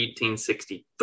1863